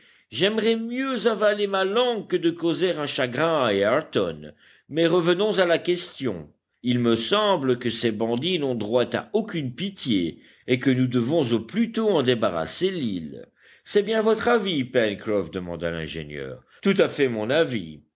j'aimerais mieux avaler ma langue que de causer un chagrin à ayrton mais revenons à la question il me semble que ces bandits n'ont droit à aucune pitié et que nous devons au plus tôt en débarrasser l'île c'est bien votre avis pencroff demanda l'ingénieur tout à fait mon avis